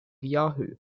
yahoo